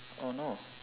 oh no